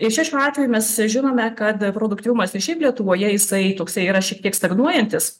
ir čia šiuo atveju mes žinome kad produktyvumas ir šiaip lietuvoje jisai toksai yra šiek tiek stagnuojantis